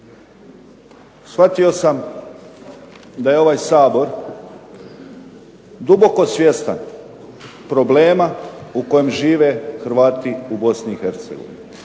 shvatio sam da je ovaj Sabor duboko svjestan problema u kojem žive Hrvati u Bosni